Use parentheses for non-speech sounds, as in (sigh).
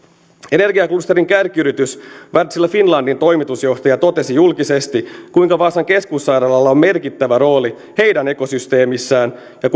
energiaklusterin kärkiyritys wärtsilä finlandin toimitusjohtaja totesi julkisesti kuinka vaasan keskussairaalalla on merkittävä rooli heidän ekosysteemissään ja (unintelligible)